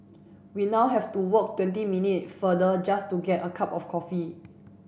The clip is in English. we now have to walk twenty minute farther just to get a cup of coffee